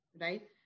right